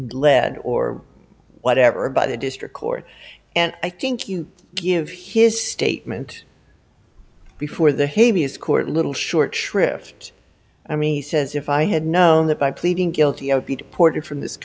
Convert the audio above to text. led or whatever by the district court and i think you give his statement before the havey is court little short shrift i mean he says if i had known that by pleading guilty of be deported from this